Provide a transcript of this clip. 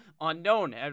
unknown